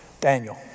Daniel